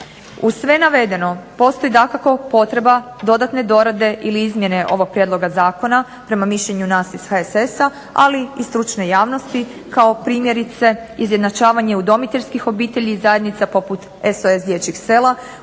Uz sve navedeno postoji dakako potreba dodatne dorade ili izmjene ovog prijedloga zakona prema mišljenju nas iz HSS-a, ali i stručne javnosti kao primjerice izjednačavanje udomiteljskih obitelji i zajednica poput SOS dječjih sela